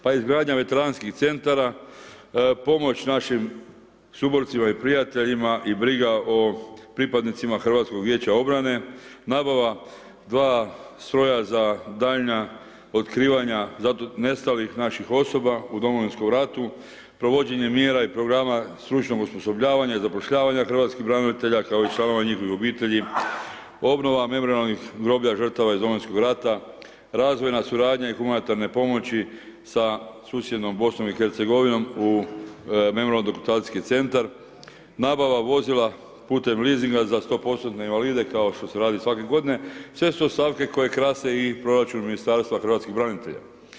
Pa izgradnja veteranskih centara, pomoć našim suborcima i prijateljima i briga o pripadnicima HVO, nabava 2 stroja za daljnja otkivanja nestalih naših osoba u Domovinskom ratu, provođenje mjera i programa stručnog osposobljavanja i zapošljavanja hrvatskih branitelja kao i članova njihovih obitelji, obnova memorijalnih groblja žrtava iz Domovinskog rata, razvojna suradnja i humanitarne pomoći sa susjednom BIH u memorijalno dokumentacijski centar, nabava vozila putem lizinga za 100% invalide kao što se radi svake g. Sve su to stavke koje krase i proračun Ministarstva hrvatskih branitelja.